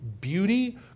beauty